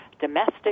domestic